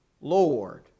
Lord